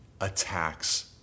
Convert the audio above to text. attacks